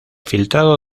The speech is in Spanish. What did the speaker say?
filtrado